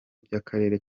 by’akarere